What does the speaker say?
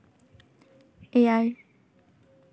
ᱮᱭᱟᱭ